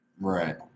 Right